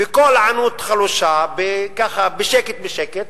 בקול ענות חלושה, ככה בשקט בשקט,